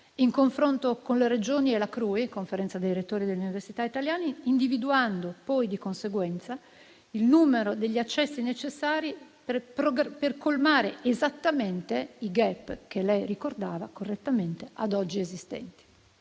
in confronto con le Regioni e la CRUI, che è la *Conferenza* dei rettori delle università italiane, individuando poi, di conseguenza, il numero degli accessi necessari per colmare esattamente il *gap* - da lei ricordato correttamente - ad oggi esistente.